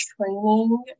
training